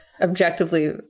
objectively